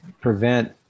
prevent